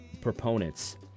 proponents